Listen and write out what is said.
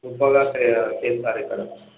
గొప్పగా చే చేస్తారు ఇక్కడ